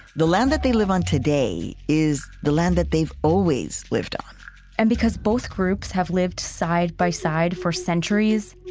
the land that they live on today is the land that they've always lived on and because both groups have lived side by side for centuries,